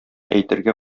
әйтергә